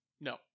no